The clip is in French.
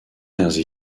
dernières